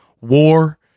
war